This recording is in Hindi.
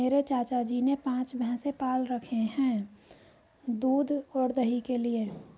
मेरे चाचा जी ने पांच भैंसे पाल रखे हैं दूध और दही के लिए